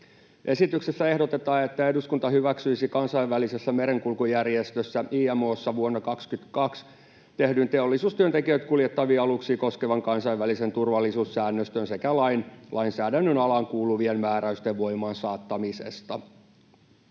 Esityksessä ehdotetaan, että eduskunta hyväksyisi Kansainvälisessä merenkulkujärjestössä IMO:ssa vuonna 22 tehdyn teollisuustyöntekijöitä kuljettavia aluksia koskevan kansainvälisen turvallisuussäännöstön sekä lain lainsäädännön alaan kuuluvien määräysten voimaansaattamisesta.